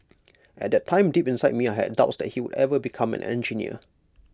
at that time deep inside me I had doubts that he would ever become an engineer